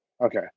Okay